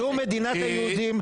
זו מדינת היהודים.